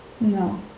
No